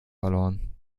verloren